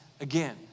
again